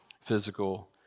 physical